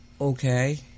Okay